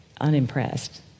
unimpressed